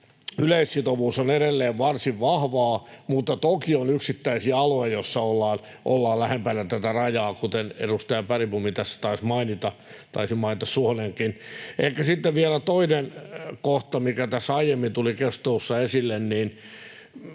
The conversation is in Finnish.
yleissitovuus on edelleen varsin vahvaa, mutta toki on yksittäisiä alueita, joissa ollaan lähempänä tätä rajaa, kuten edustaja Bergbom tässä taisi mainita — taisi mainita Suhonenkin. Ehkä sitten vielä toinen kohta, mikä tässä aiemmin tuli keskustelussa esille